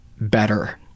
better